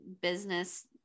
business